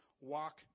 walk